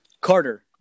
Carter